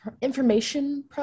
information